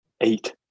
eight